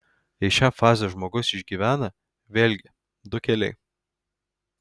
jei šią fazę žmogus išgyvena vėlgi du keliai